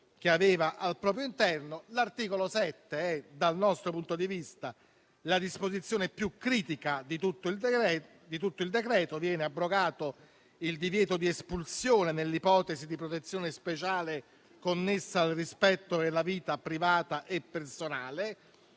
che aveva al proprio interno, dal nostro punto di vista l'articolo 7 è la disposizione più critica di tutto il provvedimento: viene abrogato il divieto di espulsione nell'ipotesi di protezione speciale connessa al rispetto della vita privata e personale.